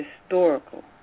Historical